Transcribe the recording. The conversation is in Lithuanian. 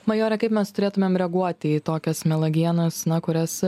majore kaip mes turėtumėm reaguoti į tokias mielagėnus na kurias